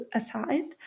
aside